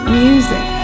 music